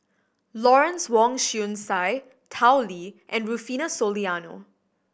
Lawrence Wong Shyun Tsai Tao Li and Rufino Soliano